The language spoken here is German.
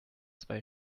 zwei